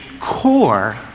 core